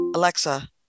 Alexa